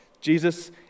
Jesus